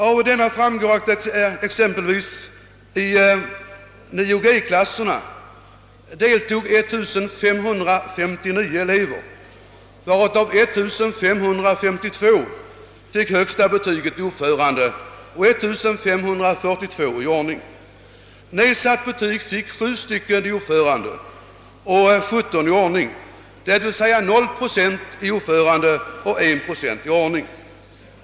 Av denna framgår att exempelvis i 9gklasserna deltog 1559 elever, av vilka 1.552 fick högsta betyg i uppförande och 1542 fick högsta betyg i ordning. Nedsatt betyg fick 7 elever i uppförande och 17 i ordning. d.v.s. 0 procent i det förra fallet och 1 procent i det senare.